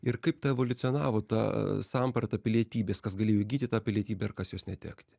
ir kaip ta evoliucionavo ta samprata pilietybės kas galėjo įgyti tą pilietybę ir kas jos netekti